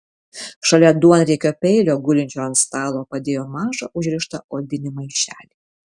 šalia duonriekio peilio gulinčio ant stalo padėjo mažą užrištą odinį maišelį